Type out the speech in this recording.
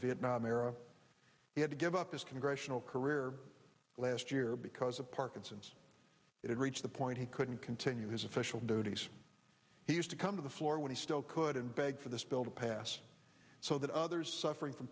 vietnam era he had to give up his congressional career last year because of parkinson's it reached the point he couldn't continue his official duties he used to come to the floor when he still couldn't beg for this bill to pass so that others suffering from